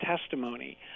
testimony